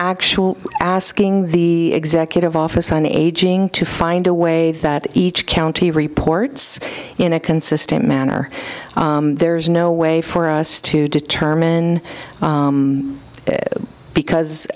actual asking the executive office on aging to find a way that each county reports in a consistent manner there's no way for us to determine because